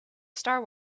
star